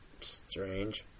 Strange